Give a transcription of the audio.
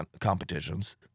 competitions